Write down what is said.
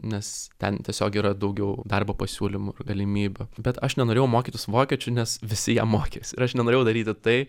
nes ten tiesiog yra daugiau darbo pasiūlymų ir galimybių bet aš nenorėjau mokytis vokiečių nes visi jie mokėsi ir aš nenorėjau daryti tai